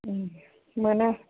मोनो